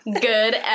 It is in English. Good